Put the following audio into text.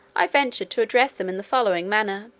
i ventured to address them in the following manner